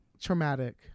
traumatic